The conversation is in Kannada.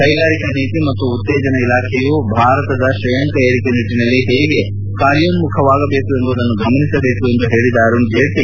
ಕೈಗಾರಿಕಾ ನೀತಿ ಮತ್ತು ಉತ್ತೇಜನ ಇಲಾಖೆಯು ಭಾರತದ ಶ್ರೇಯಾಂಕ ಏರಿಕೆ ನಿಟ್ಸನಲ್ಲಿ ಹೇಗೆ ಕಾರ್ಯೋನ್ನುಖವಾಗಬೇಕು ಎಂಬುದನ್ನು ಗಮನಿಸಬೇಕು ಎಂದು ಹೇಳಿದ ಅರುಣ್ಜೇಟ್ಲ